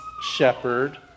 shepherd